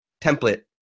template